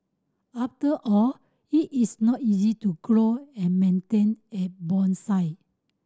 after all it is not easy to grow and maintain a bonsai